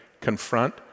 confront